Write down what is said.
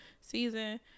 season